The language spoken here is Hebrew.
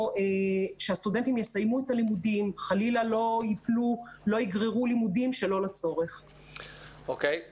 שהסטודנטים יסיימו את הלימודים וחלילה לא יגררו לימודים שלא לצורך תודה.